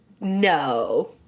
No